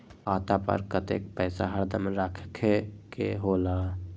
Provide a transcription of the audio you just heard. खाता पर कतेक पैसा हरदम रखखे के होला?